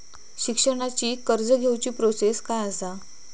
शिक्षणाची कर्ज घेऊची प्रोसेस काय असा?